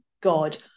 god